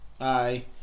Aye